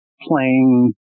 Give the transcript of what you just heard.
playing